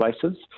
places